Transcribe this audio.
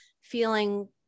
feeling